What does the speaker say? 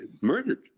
murdered